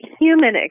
human